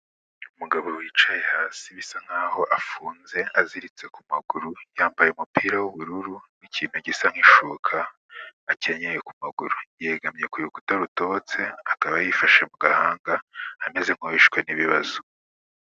Umugabo wicaye hasi bisa nk'aho afunze aziritse ku maguru, yambaye umupira w'ubururu n'ikintu gisa nk'ishuka akenyeye ku maguru, yegamye ku rukuta rutobotse akaba yifashe mu gahanga ameze nk'uwishwe n'ibibazo.